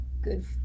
good